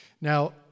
Now